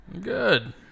Good